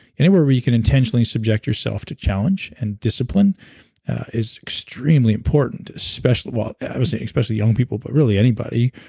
anywhere where you can intentionally subject yourself to challenge and discipline is extremely important especially. well, i would say especially young people, but really anybody.